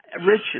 Rich